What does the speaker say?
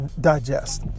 digest